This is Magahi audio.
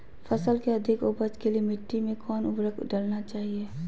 फसल के अधिक उपज के लिए मिट्टी मे कौन उर्वरक डलना चाइए?